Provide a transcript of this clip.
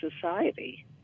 society